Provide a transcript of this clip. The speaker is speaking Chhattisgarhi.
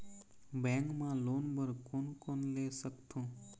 बैंक मा लोन बर कोन कोन ले सकथों?